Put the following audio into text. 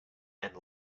and